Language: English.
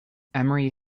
emery